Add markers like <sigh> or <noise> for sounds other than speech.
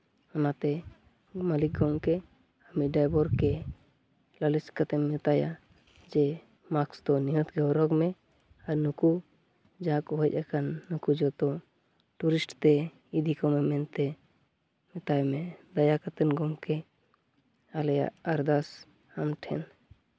ᱚᱱᱟᱛᱮ ᱢᱟᱹᱞᱤᱠ ᱜᱚᱢᱠᱮ <unintelligible> ᱰᱟᱭᱵᱷᱟᱨ ᱜᱮ ᱞᱟᱹᱞᱤᱥ ᱠᱟᱛᱮᱢ ᱢᱮᱛᱟᱭᱟ ᱡᱮ ᱢᱟᱠᱥ ᱫᱚ ᱱᱤᱦᱟᱹᱛ ᱜᱮ ᱦᱚᱨᱚᱜᱽ ᱢᱮ ᱟᱨ ᱱᱩᱠᱩ ᱡᱟᱦᱟᱸ ᱠᱚ ᱦᱮᱡ ᱟᱠᱟᱱ ᱱᱩᱠᱩ ᱡᱚᱛᱚ ᱴᱩᱨᱤᱥᱴ ᱛᱮ ᱤᱫᱤ ᱠᱚᱢᱮ ᱢᱮᱱᱛᱮ ᱢᱮᱛᱟᱭ ᱢᱮ ᱫᱟᱭᱟ ᱠᱟᱛᱮᱱ ᱜᱚᱢᱠᱮ ᱟᱞᱮᱭᱟᱜ ᱟᱨᱫᱟᱥ ᱟᱢ ᱴᱷᱮᱱ